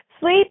Sleep